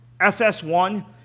FS1